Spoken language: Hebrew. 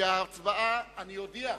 אני אודיע,